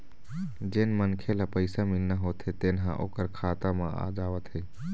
जेन मनखे ल पइसा मिलना होथे तेन ह ओखर खाता म आ जावत हे